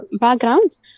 backgrounds